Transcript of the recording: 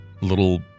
little